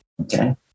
Okay